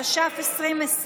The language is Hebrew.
התש"ף 2020,